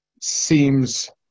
seems